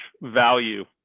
value